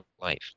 life